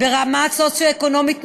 ברמה סוציו-אקונומית נמוכה,